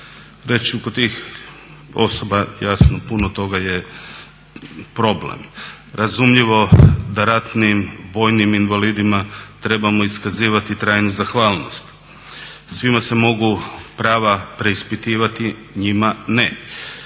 Reći ću oko tih osoba jasno putno toga je problem, razumljivo da ratnim vojnim invalidima trebamo iskazivati trajnu zahvalnost, svima se mogu prava preispitivati njima ne.